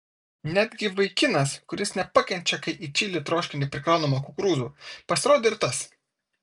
netgi vaikinas kuris nepakenčia kai į čili troškinį prikraunama kukurūzų pasirodė ir tas